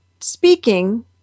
speaking